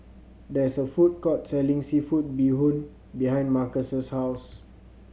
there is a food court selling seafood bee hoon behind Marquez's house